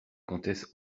comtesse